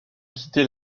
quitter